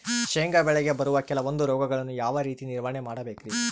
ಶೇಂಗಾ ಬೆಳೆಗೆ ಬರುವ ಕೆಲವೊಂದು ರೋಗಗಳನ್ನು ಯಾವ ರೇತಿ ನಿರ್ವಹಣೆ ಮಾಡಬೇಕ್ರಿ?